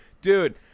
Dude